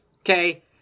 Okay